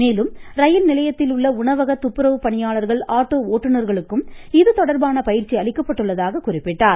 மேலும் ரயில் நிலையத்திலுள்ள உணவக துப்புரவு பணியாளர்கள் ஆட்டோ ஒட்டுநர்களுக்கும் இதுதொடர்பான பயிற்சி அளிக்கப்பட்டுள்ளதாக கூறினார்